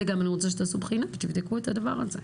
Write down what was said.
את זה אני גם רוצה שתעשו ותבדקו את הדבר הזה.